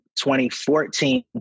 2014